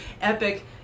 epic